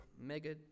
mega